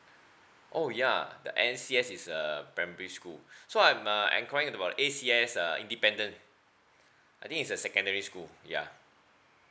oh ya the A_C_S is err primary school so I'm uh enquiry about A_C_S uh independent I think is a secondary school ya